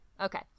Okay